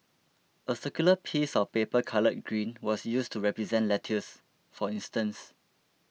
a circular piece of paper coloured green was used to represent lettuce for instance